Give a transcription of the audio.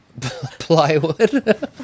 plywood